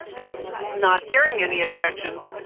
and not hearing any objections.